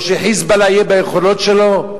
או ש"חיזבאללה" יהיה ביכולות שלו?